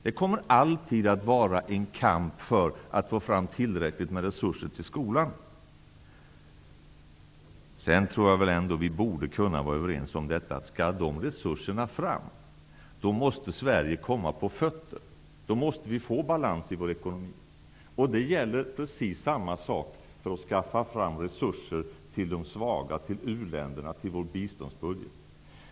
Det kommer alltid att vara en kamp för att få fram tillräckligt med resurser till skolan. Sedan borde vi kunna vara överens om att om dessa resurser skall kunna tas fram, måste Sverige komma på fötter. Vi måste få balans i vår ekonomi. Det gäller precis samma sak för att kunna skaffa fram resurser till de svaga, till u-länderna, till vår biståndsbudget.